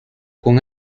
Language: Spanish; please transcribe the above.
con